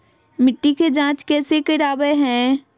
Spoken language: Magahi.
मिट्टी के जांच कैसे करावय है?